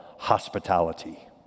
Hospitality